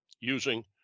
using